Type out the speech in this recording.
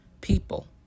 people